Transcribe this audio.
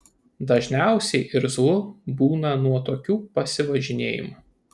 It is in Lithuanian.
dažniausiai irzlu būna nuo tokių pasivažinėjimų